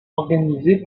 organisés